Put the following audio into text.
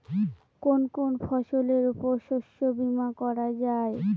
কোন কোন ফসলের উপর শস্য বীমা করা যায়?